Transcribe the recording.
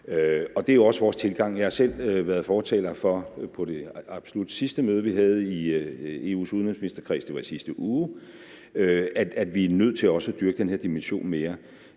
det er også vores tilgang. Jeg har selv været fortaler for på det absolut sidste møde, vi havde i EU's udenrigsministerkreds – det var i sidste uge – at vi også er nødt til at dyrke den dimension mere,